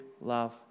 love